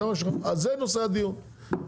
זה נושא הדיון,